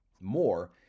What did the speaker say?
more